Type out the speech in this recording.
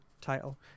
title